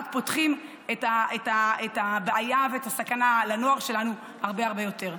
רק פותחים את הבעיה ואת הסכנה לנוער שלנו הרבה הרבה יותר.